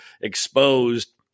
exposed